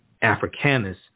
Africanus